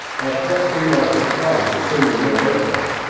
at what free market price assuming no opec,